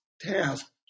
task